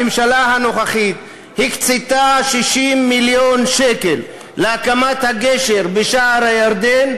הממשלה הנוכחית הקצתה 60 מיליון שקל להקמת הגשר בשער-הירדן,